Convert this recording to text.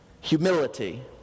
humility